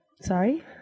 Sorry